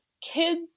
kid